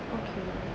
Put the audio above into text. okay